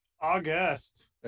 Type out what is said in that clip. August